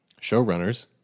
showrunners